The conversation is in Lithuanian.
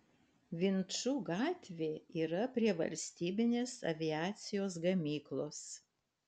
vinčų gatvė yra prie valstybinės aviacijos gamyklos